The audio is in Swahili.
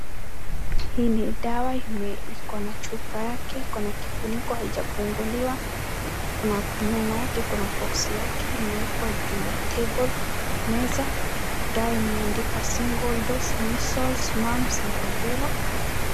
Hii ni dawa iko na chupa yake iko na kifuniko haijafunguliwa kuna nyuma yake iko na boksi imewekwa juu ya table meza dawa imeandikwa single dose measles mams na robella .